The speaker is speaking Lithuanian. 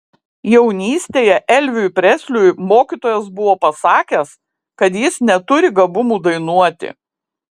jaunystėje elviui presliui mokytojas buvo pasakęs kad jis neturi gabumų dainuoti